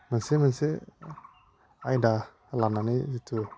मोनसे मोनसे आयदा लानानै जितु